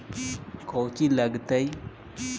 कौची लगतय?